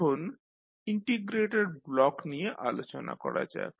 এখন integrator block নিয়ে আলোচনা করা যাক